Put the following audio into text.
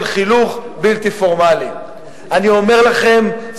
אל תגלה בורות, כי אתה אדם מלומד מאוד.